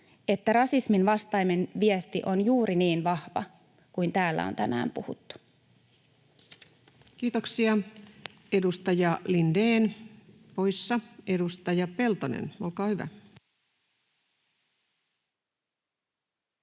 että rasisminvastainen viesti on juuri niin vahva kuin täällä on tänään puhuttu. Kiitoksia. — Edustaja Lindén, poissa. Edustaja Peltonen, olkaa hyvä.